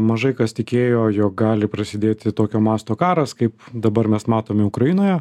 mažai kas tikėjo jog gali prasidėti tokio masto karas kaip dabar mes matome ukrainoje